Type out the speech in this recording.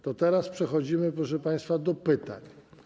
Teraz przechodzimy, proszę państwa do pytań.